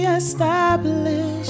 established